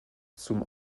zum